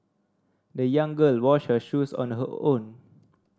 the young girl washed her shoes on her own